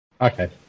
Okay